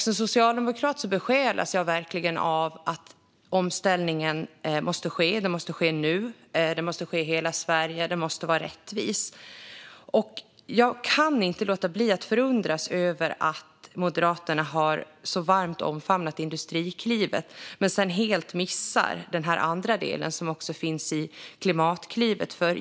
Som socialdemokrat besjälas jag verkligen av att omställningen måste ske, att den måste ske nu, att den måste ske i hela Sverige och att den måste vara rättvis. Jag kan inte låta bli att förundras över att Moderaterna så varmt har omfamnat Industriklivet men sedan helt missar den andra delen som finns i och med Klimatklivet.